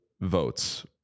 votes